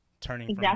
turning